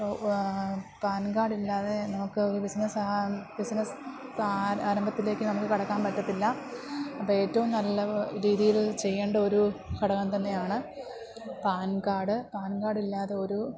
pan കാർഡില്ലാതെ നമുക്ക് ഒരു ബിസിനസ്സ് ബിസിനസ്സ് ആരംഭത്തിലേക്ക് നമുക്ക് കടക്കാൻ പറ്റത്തില്ല അപ്പോള് ഏറ്റവും നല്ല രീതിയിൽ ചെയ്യേണ്ട ഒരു ഘടകം തന്നെയാണ് പാൻ കാർഡ് പാൻ കാർഡില്ലാതെ ഒരു